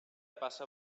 passa